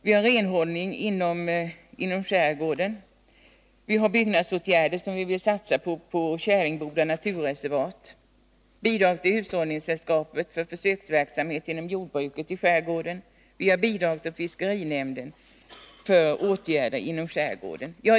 Vi har renhållning inom skärgården, vi har byggnadsåtgärder på Käringboda naturreservat, som vi vill satsa på, bidrag till hushållningssällskapet för försöksverksamhet inom jordbruket i skärgården och vi har bidrag till fiskerinämnden för åtgärder inom skärgården.